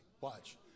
Watch